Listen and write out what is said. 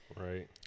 Right